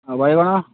ବାଇଗଣ